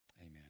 Amen